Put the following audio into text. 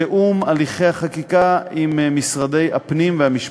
תיאום הליכי החקיקה עם משרדי הפנים והמשפטים.